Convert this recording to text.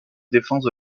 défense